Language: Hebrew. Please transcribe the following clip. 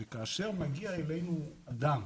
כאשר מגיע אלינו אדם